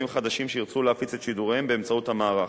חדשים שירצו להפיץ את שידוריהם באמצעות המערך.